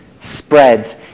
spreads